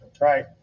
Right